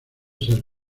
ser